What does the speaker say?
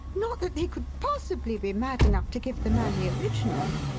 not that they could possibly be mad enough to give the man the originals?